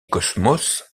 cosmos